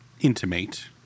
intimate